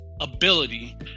ability